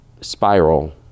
spiral